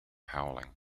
howling